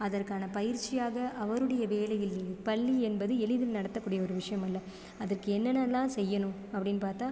அதற்கான பயிற்சியாக அவருடைய வேலையிலேயே பள்ளி என்பது எளிதில் நடத்தக்கூடிய ஒரு விஷயம் அல்ல அதற்கு என்னென்னலாம் செய்யணும் அப்படினு பார்த்தா